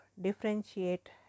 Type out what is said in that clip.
differentiate